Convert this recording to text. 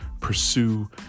pursue